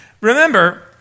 Remember